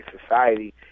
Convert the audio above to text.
society